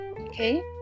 Okay